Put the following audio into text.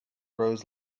crows